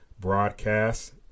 broadcast